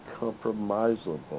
compromisable